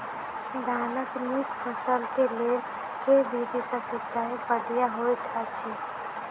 धानक नीक फसल केँ लेल केँ विधि सँ सिंचाई बढ़िया होइत अछि?